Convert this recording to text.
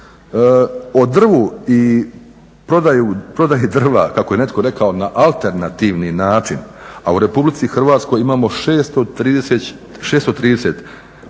O drvu i prodaji drva, kako je netko rekao na alternativni način, a u Republici Hrvatskoj imamo 630 tisuća